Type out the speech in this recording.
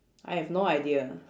I have no idea